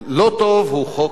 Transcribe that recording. הוא חוק מסוכן,